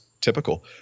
typical